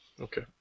okay